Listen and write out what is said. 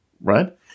right